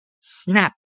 Snap